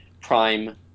prime